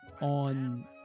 on